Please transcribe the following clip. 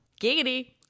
Giggity